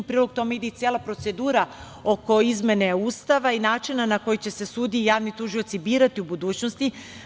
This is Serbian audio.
U prilog tome ide i cela procedura oko izmene Ustava i načina na koji će se sudije i javni tužioci birati u budućnosti.